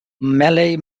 malay